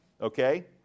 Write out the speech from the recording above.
okay